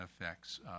effects